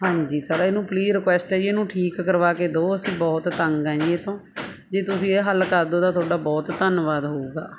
ਹਾਂਜੀ ਸਰ ਇਹਨੂੰ please request ਹੈ ਜੀ ਇਹਨੂੰ ਠੀਕ ਕਰਵਾ ਕੇ ਦਿਓ ਅਸੀਂ ਬਹੁਤ ਤੰਗ ਆ ਜੀ ਇਹ ਤੋਂ ਜੇ ਤੁਸੀਂ ਇਹ ਹੱਲ ਕਰ ਦਿਓ ਤਾਂ ਤੁਹਾਡਾ ਬਹੁਤ ਧੰਨਵਾਦ ਹੋਵੇਗਾ